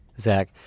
Zach